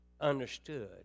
understood